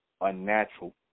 unnatural